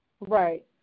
Right